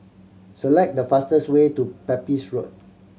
select the fastest way to Pepys Road